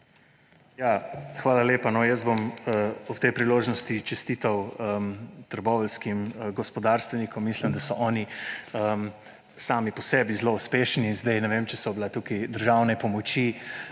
Hvala lepa. Jaz bom ob tej priložnosti čestital trboveljskim gospodarstvenikom. Mislim, da so oni sami po sebi zelo uspešni. Sedaj ne vem, če so bile tukaj državne pomoči